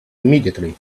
immediately